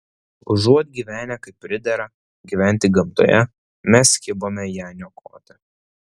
užuot gyvenę kaip pridera gyventi gamtoje mes kibome ją niokoti